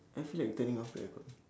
I feel like turning off the aircon